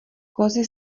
kozy